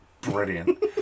brilliant